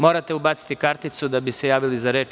Morate ubaciti karticu da bi se javili za reč.